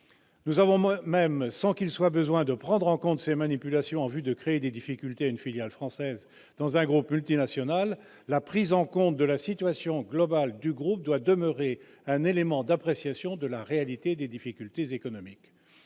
nous avons moi-même sans qu'il soit besoin de prendre en compte ces manipulations en vue de créer des difficultés une filiale française dans un groupe multinational, la prise en compte de la situation globale du groupe doit demeurer un élément d'appréciation de la réalité des difficultés économiques,